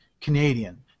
Canadian